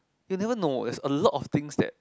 you never know there's a lot of things that